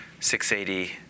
680